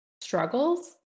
struggles